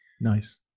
Nice